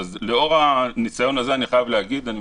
לאור הניסיון הזה אני חייב להגיד: אני